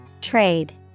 Trade